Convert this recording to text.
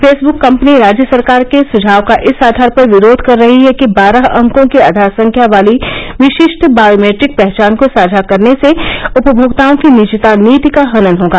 Facebook company राज्य सरकार के सुझाव का इस आधार पर विरोध कर रही है कि बारह अंकों की आधार संख्या वाली विशिष्ट बॅयोमेट्रिक पहचान को साझा करने से उपभोक्ताओं की निजता नीति का हनन होगा